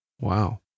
Wow